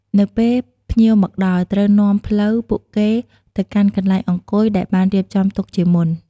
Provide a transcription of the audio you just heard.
នៅពេលភ្ញៀវមកដល់ ត្រូវនាំផ្លូវពួកគេទៅកាន់កន្លែងអង្គុយដែលបានរៀបចំទុកជាមុន។